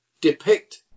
depict